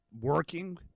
working